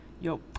Yo